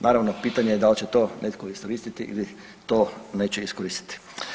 Naravno, pitanje je da li će to netko iskoristiti ili to neće iskoristiti.